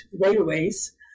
railways